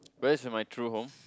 where's my true home